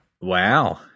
Wow